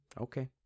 Okay